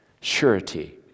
surety